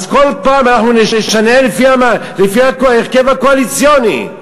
אז כל פעם אנחנו נשנה לפי ההרכב הקואליציוני?